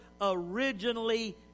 originally